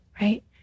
right